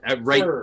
right